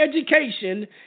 education